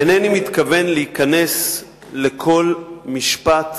אינני מתכוון להיכנס לכל משפט